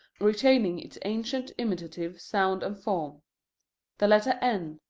retaining its ancient imitative sound and form the letter n,